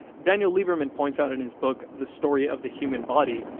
daniel lieberman points out in his book the story of the human body,